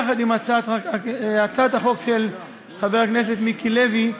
יחד עם הצעת החוק של חבר הכנסת מיקי לוי,